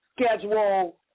schedule